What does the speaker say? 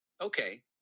okay